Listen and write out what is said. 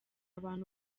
abantu